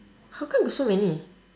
how come you so many